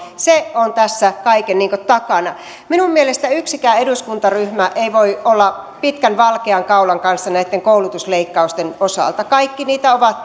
se on tässä kaiken takana minun mielestäni yksikään eduskuntaryhmä ei voi olla pitkän valkean kaulan kanssa näitten koulutusleikkausten osalta kaikki niitä ovat